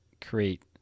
create